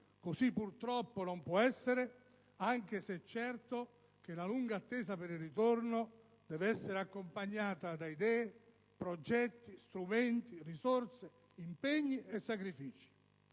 così purtroppo non può essere, anche se è certo che la lunga attesa per il ritorno deve essere accompagnata da idee, progetti, strumenti, risorse, impegno e sacrifici.